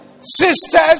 sisters